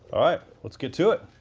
alright, lets get to it.